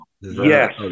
Yes